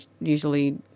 usually